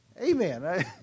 Amen